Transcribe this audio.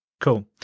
Cool